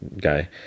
guy